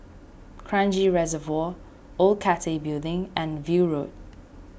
Kranji Reservoir Old Cathay Building and View Road